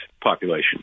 population